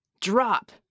drop